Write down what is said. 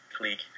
League